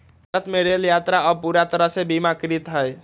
भारत में रेल यात्रा अब पूरा तरह से बीमाकृत हई